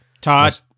Todd